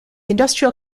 industrial